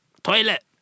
toilet